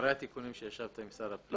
אחרי התיקונים שישבת עליהם עם שר הפנים,